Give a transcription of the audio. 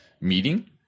meeting